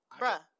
Bruh